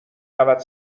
رود